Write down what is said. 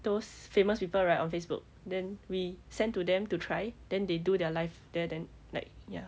those famous people right on facebook then we send to them to try then they do their live there then like ya